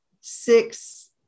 six